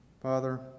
Father